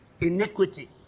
Iniquity